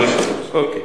אוקיי.